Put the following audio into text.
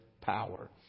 power